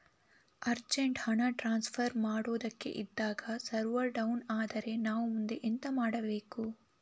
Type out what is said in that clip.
Urgent ಹಣ transfer ಮಾಡೋದಕ್ಕೆ ಇದ್ದಾಗ ಸರ್ವರ್ ಡೌನ್ ಆದರೆ ನಾವು ಮುಂದೆ ಎಂತ ಮಾಡಬೇಕು?